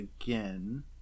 again